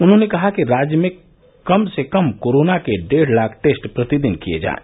उन्होंने कहा कि राज्य में कम से कम कोरोना के डेढ़ लाख टेस्ट प्रतिदिन किये जायें